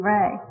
Ray